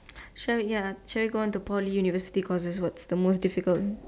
sure ya should we go on to Poly and university courses what's the most difficult